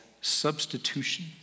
substitution